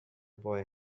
boy